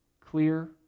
clear